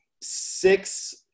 six